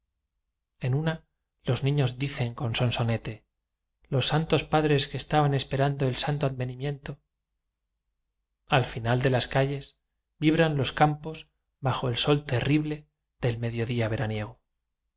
en una los niños dicen con sonsonete los santos padres que estaban esperan do el santo advenimiento al final de las calles vibran los campos bajo el sol terrible del medio día veraniego